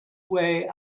way